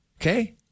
Okay